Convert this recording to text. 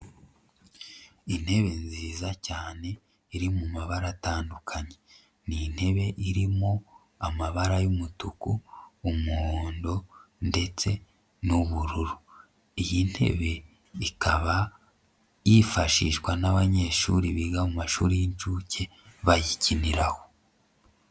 Intebe nziza cyane iri mu mabara atandukanye, ni intebe irimo amabara y'umutuku, umuhondo ndetse n'ubururu, iyi ntebe ikaba yifashishwa n'abanyeshuri biga mu mashuri y'inshuke bayikiniraho.